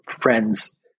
friends